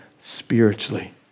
spiritually